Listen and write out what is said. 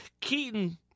Keaton